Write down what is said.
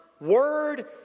word